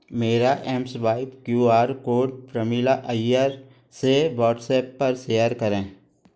मेरा M swipe QR आर कोड प्रमिला अय्यर से वॉट्सएप पर शेयर करें